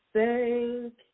Thank